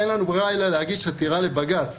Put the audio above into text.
אין לנו ברירה אלא להגיש עתירה לבג"ץ.